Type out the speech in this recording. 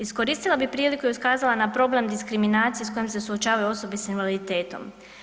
Iskoristila bi priliku i ukazala na problem na diskriminacije s kojem se suočavaju osobe sa invaliditetom.